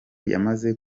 yamaze